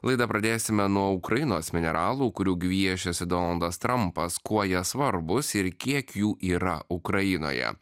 laidą pradėsime nuo ukrainos mineralų kurių gviešiasi donaldas trampas kuo jie svarbūs ir kiek jų yra ukrainoje